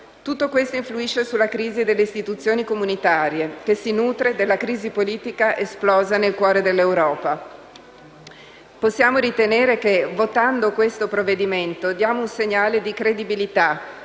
Tutto questo influisce sulla crisi delle istituzioni comunitarie che si nutre della crisi politica esplosa nel cuore dell'Europa. Possiamo ritenere che votando questo provvedimento, diamo un segnale di credibilità